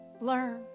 Learn